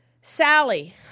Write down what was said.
sally